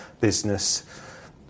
business